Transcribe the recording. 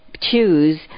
choose